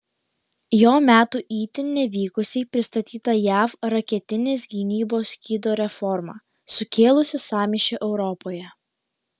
jo metu itin nevykusiai pristatyta jav raketinės gynybos skydo reforma sukėlusį sąmyšį europoje